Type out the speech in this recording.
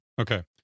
Okay